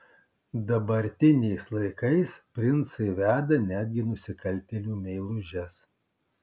dabartiniais laikais princai veda netgi nusikaltėlių meilužes